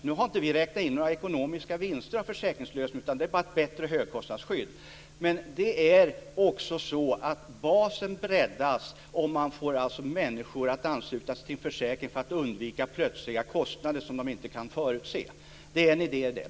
Nu har inte vi räknat in några ekonomiska vinster av försäkringslösningen, utan det är bara ett bättre högkostnadsskydd, men det är också så att basen breddas om man alltså får människor att ansluta sig till en försäkring för att undvika plötsliga kostnader som de inte kan förutse. Det är en idé det.